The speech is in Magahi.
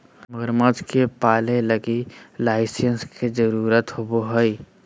मगरमच्छ के पालय लगी लाइसेंस के जरुरत होवो हइ